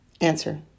Answer